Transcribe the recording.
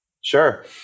Sure